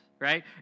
Right